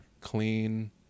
clean